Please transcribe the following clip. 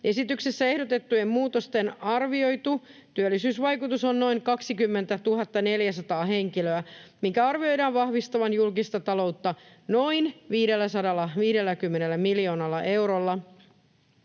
Esityksessä ehdotettujen muutosten arvioitu työllisyysvaikutus on noin 20 400 henkilöä, minkä arvioidaan vahvistavan julkista taloutta noin 550 miljoonalla eurolla.